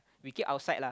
we keep outside lah